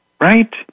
Right